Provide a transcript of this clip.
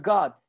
God